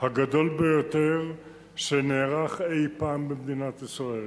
הגדול ביותר שנערך אי-פעם במדינת ישראל.